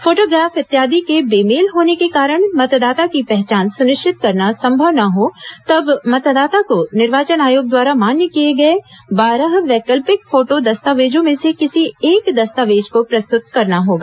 photograph इत्यादि के बेमेल होने के कारण मतदाता की पहचान सुनिश्चित करना संभव न हो तब मतदाता को निर्वाचन आयोग द्वारा मान्य किए गए बारह वैकल्पिक फोटो दस्तावेजों में से किसी एक दस्तावेज को प्रस्तुत करना होगा